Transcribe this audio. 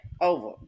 over